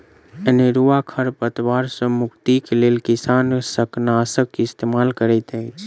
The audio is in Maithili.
अनेरुआ खर पात सॅ मुक्तिक लेल किसान शाकनाशक इस्तेमाल करैत अछि